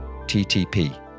TTP